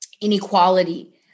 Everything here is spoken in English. inequality